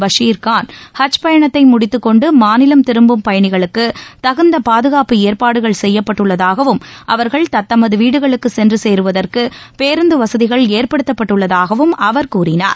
பஷீர் கான் ஹஜ் பயணத்தை முடித்துக்கொண்டு மாநிலம் திரும்பும் பயனிகளுக்கு தகுந்த பாதுகாப்பு ஏற்பாடுகள் செய்யப்பட்டுள்ளதாகவும் அவர்கள் தத்தமது வீடுகளுக்கு சென்று சேருவதற்கு பேருந்து வசதிகள் ஏற்படுத்தப்பட்டுள்ளதாகவும் அவர் தெரிவித்துள்ளார்